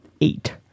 eight